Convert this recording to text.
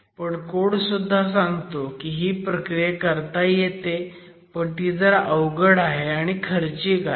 पण कोड सुद्धा सांगतो की ही प्रक्रिया करता येते पण ती जरा अवघड आणि खर्चिक आहे